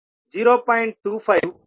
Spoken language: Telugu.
25 y120